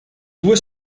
due